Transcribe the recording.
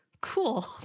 Cool